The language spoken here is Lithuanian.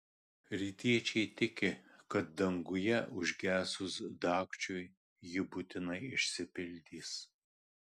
rytiečiai tiki kad danguje užgesus dagčiui ji būtinai išsipildys